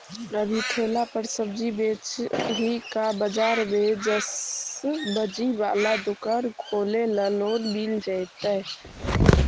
अभी ठेला पर सब्जी बेच ही का बाजार में ज्सबजी बाला दुकान खोले ल लोन मिल जईतै?